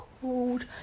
called